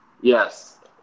Yes